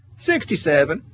sixty seven,